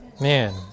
man